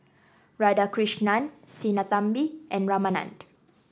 Radhakrishnan Sinnathamby and Ramanand